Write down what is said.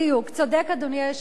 צודק אדוני היושב-ראש,